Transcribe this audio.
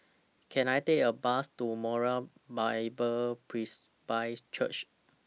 Can I Take A Bus to Moriah Bible Presby Church